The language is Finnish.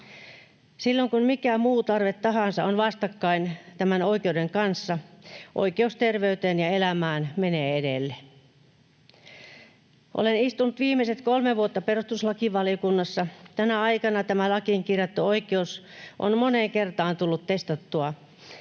Silloin kun mikä muu tarve tahansa on vastakkain tämän oikeuden kanssa, oikeus terveyteen ja elämään menee edelle. Olen istunut viimeiset kolme vuotta perustuslakivaliokunnassa. Tänä aikana tämä lakiin kirjattu oikeus on moneen kertaan tullut testattua,